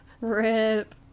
RIP